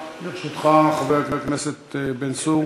לרשותך, חבר הכנסת בן צור,